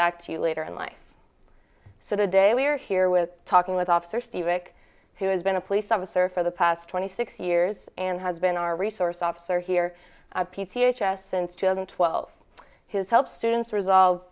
back to you later in life so today we are here with talking with officer steve rick who has been a police officer for the past twenty six years and has been our resource officer here since children twelve his helps students resolve